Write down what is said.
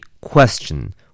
question